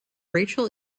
rachel